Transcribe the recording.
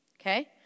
Okay